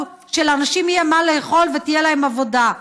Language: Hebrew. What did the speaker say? שלאנשים יהיה מה לאכול ותהיה להם עבודה.